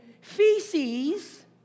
feces